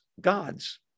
God's